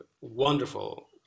wonderful